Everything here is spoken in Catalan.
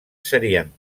serien